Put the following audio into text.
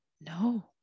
No